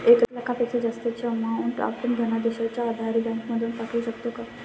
एक लाखापेक्षा जास्तची अमाउंट आपण धनादेशच्या आधारे बँक मधून पाठवू शकतो का?